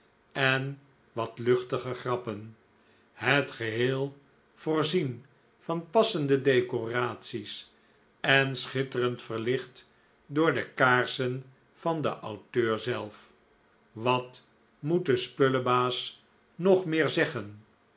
en wat luchtige grappen het geheel voorzien van passende decoraties en schitterend verlicht door de kaarsen van den auteur zelf wat moet de spullebaas nog meer zeggen